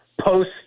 Post